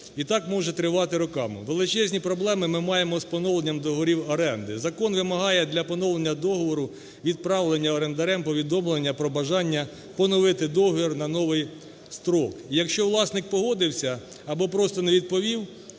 і так може тривати роками. Величезні проблеми ми маємо з поновленням договорів оренди. Закон вимагає для поновлення договору відправлення орендарем повідомлення про бажання поновити договір на новий строк. Якщо власник погодився або просто не відповів,